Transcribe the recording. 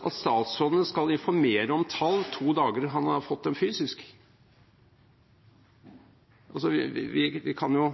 at statsråden skal informere om tall to dager før han har fått dem fysisk. Altså: Vi kan jo